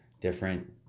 different